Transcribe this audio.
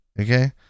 Okay